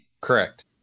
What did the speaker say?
Correct